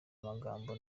amagambo